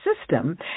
system